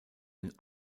den